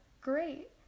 great